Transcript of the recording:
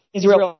Israel